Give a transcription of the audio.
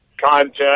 content